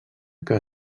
que